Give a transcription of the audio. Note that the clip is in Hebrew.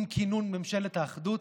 עם כינון ממשלת האחדות,